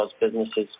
businesses